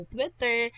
Twitter